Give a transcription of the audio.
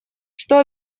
что